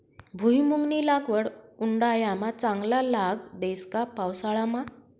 भुईमुंगनी लागवड उंडायामा चांगला लाग देस का पावसाळामा